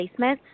placements